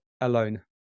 Alone